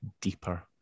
deeper